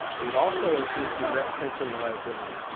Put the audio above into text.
and it also includes the net pension liability.